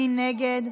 מי נגד?